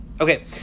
Okay